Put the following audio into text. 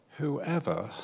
whoever